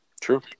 True